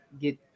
get